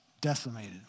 decimated